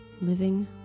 living